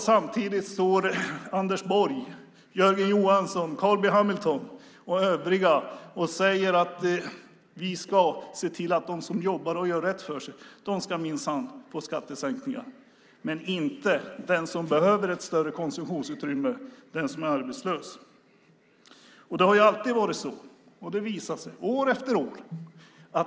Samtidigt står Anders Borg, Jörgen Johansson, Carl B Hamilton och övriga och säger: Vi ska se till att de som jobbar och gör rätt för sig ska få skattesänkningar, men inte den som behöver ett större konsumtionsutrymme och är arbetslös. Det har alltid varit så. Det har visat sig år efter år.